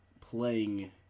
playing